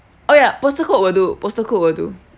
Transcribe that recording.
oh ya postal code will do postal code will do